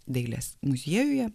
dailės muziejuje